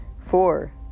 four